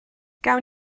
gawn